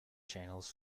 channels